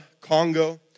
Congo